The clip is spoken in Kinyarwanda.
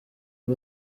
aba